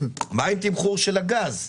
מה עם תמחור של הגז?